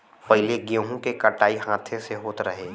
पहिले गेंहू के कटाई हाथे से होत रहे